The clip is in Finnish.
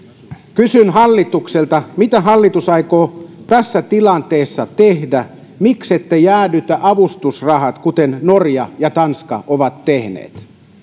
kysyn hallitukselta mitä hallitus aikoo tässä tilanteessa tehdä miksette jäädytä avustustusrahoja kuten norja ja tanska ovat tehneet